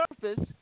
surface